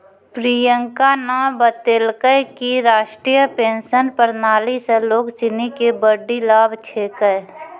प्रियंका न बतेलकै कि राष्ट्रीय पेंशन प्रणाली स लोग सिनी के बड्डी लाभ छेकै